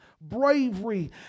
bravery